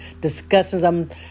discussions